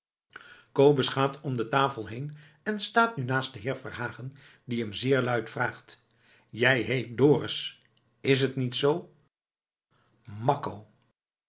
kobus gaat om de tafel heen en staat nu naast den heer verhagen die hem zeer luid vraagt jij heet dorus is t niet zoo